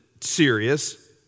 serious